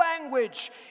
language